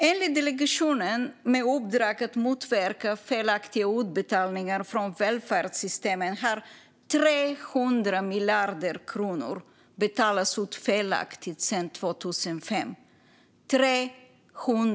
Enligt delegationen med uppdrag att motverka felaktiga utbetalningar från välfärdssystemen har 300 miljarder kronor betalats ut felaktigt sedan 2005.